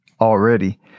already